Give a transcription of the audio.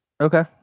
Okay